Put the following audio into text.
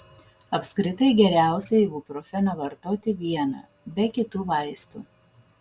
apskritai geriausiai ibuprofeną vartoti vieną be kitų vaistų